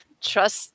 Trust